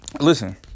listen